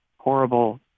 horrible